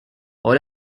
all